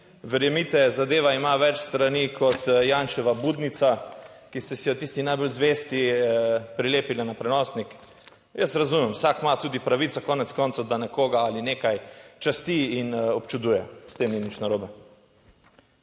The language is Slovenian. Verjemite, zadeva ima več strani kot Janševa Budnica, ki ste si jo tisti najbolj zvesti prilepili na prenosnik - jaz razumem, vsak ima tudi pravico konec koncev, da nekoga ali nekaj časti in občuduje, s tem ni nič narobe.